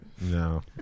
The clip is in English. No